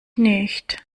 nicht